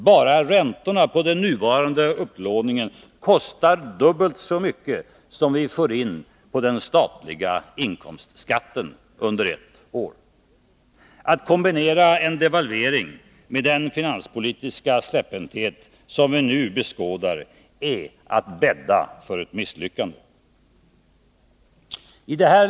Bara räntorna på den nuvarande upplåningen kostar dubbelt så mycket som det vi får in på den statliga inkomstskatten under ett år. Att kombinera en devalvering med den finanspolitiska släpphänthet som vi nu beskådar är att bädda för ett misslyckande. Herr talman!